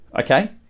okay